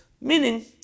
Meaning